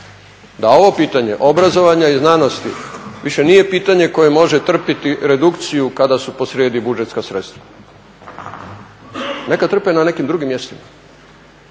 da ovo pitanje obrazovanja i znanosti više nije pitanje koje može trpiti redukciju kada su posrijedi budžetska sredstva. Neka trpe na nekim drugim mjestima.